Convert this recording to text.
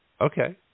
Okay